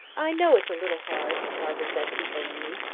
i know it's a little hard, barbara said consolingly,